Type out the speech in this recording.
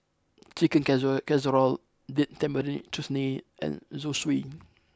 Chicken Caccer Casserole Date Tamarind Chutney and Zosui